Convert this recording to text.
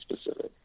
specific